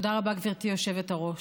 תודה רבה, גברתי היושבת-ראש.